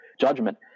judgment